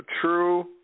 True